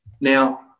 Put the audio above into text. Now